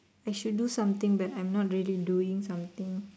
I should do something but I'm not really doing something